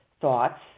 thoughts